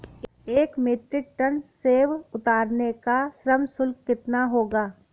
एक metric ton सेव उतारने का श्रम शुल्क कितना होगा?